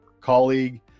colleague